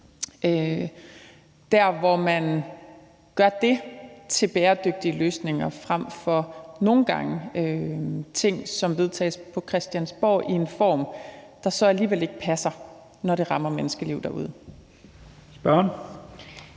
man nogle gange gør det til bæredygtige løsninger frem for ting, som vedtages på Christiansborg i en form, der så alligevel ikke passer, når det rammer menneskeliv derude. Kl.